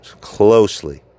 closely